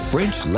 French